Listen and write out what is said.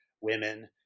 women